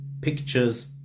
pictures